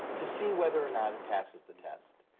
to see whether or not it passes the test.